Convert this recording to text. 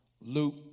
Luke